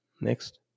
Next